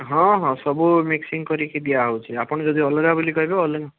ହଁ ହଁ ସବୁ ମିକ୍ସିଂ କରିକି ଦିଆହେଉଛି ଆପଣ ଯଦି ଅଲଗା ବୋଲି କହିବେ